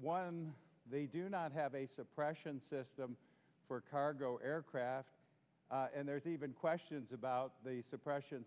why don't they do not have a suppression system for cargo aircraft and there's even questions about the suppression